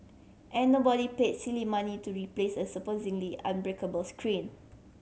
and nobody paid silly money to replace a supposedly unbreakable screen